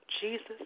Jesus